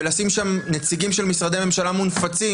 ולשים שם נציגים של משרדי ממשלה מונפצים,